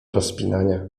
rozpinania